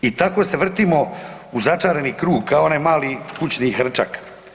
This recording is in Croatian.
I tako se vrtimo u začarani krug kao onaj mali kućni hrčak.